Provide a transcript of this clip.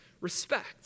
respect